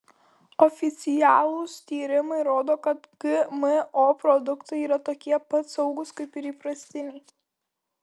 oficialūs tyrimai rodo kad gmo produktai yra tokie pat saugūs kaip ir įprastiniai